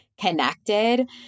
connected